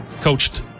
coached